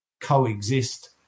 coexist